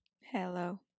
Hello